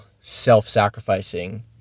self-sacrificing